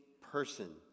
person